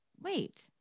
Wait